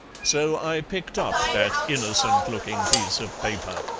so i picked up that innocent-looking piece of paper.